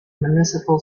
municipal